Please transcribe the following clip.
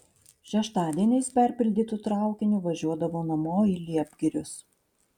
šeštadieniais perpildytu traukiniu važiuodavo namo į liepgirius